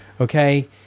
okay